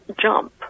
jump